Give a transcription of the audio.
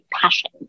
passion